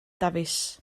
dafis